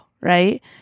right